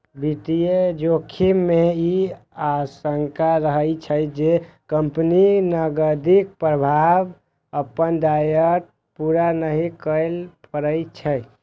वित्तीय जोखिम मे ई आशंका रहै छै, जे कंपनीक नकदीक प्रवाह अपन दायित्व पूरा नहि कए पबै छै